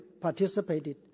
participated